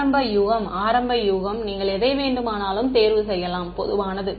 ஆரம்ப யூகம் ஆரம்ப யூகம் நீங்கள் எதை வேண்டுமானாலும் தேர்வு செய்யலாம் பொதுவானது